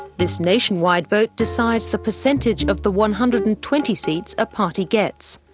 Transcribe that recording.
this nationwide vote decides the percentage of the one hundred and twenty seats a party gets.